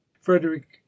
frederick